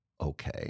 Okay